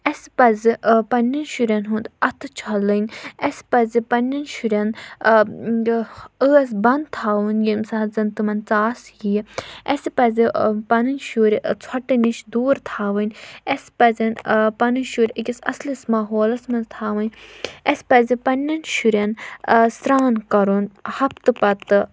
اَسہِ پَزِ آ پَنٕنہِ شُرٮ۪ن ہُنٛد اَتھٕ چھَلٕنۍ اَسہِ پَزِ پنٕنٮ۪ن شُرٮ۪ن ٲس بَنٛد تھاوٕنۍ ییٚمہِ ساتہٕ زَن تِمَن ژاس یِیہِ اَسہِ پَزِ آ پَنٕنۍ شُرۍ ژھۄٹہٕ نِش دوٗر تھاوٕنۍ اَسہِ پَزٮ۪ن پَنٕنۍ آ شُرۍ أکِس اَصلِس ماحولَس منٛز تھاوٕنۍ اَسہِ پَزِ پنٕنٮ۪ن شُرٮ۪ن سرٛان کَرُن ہَفتہٕ پَتہٕ